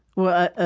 well,